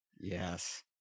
Yes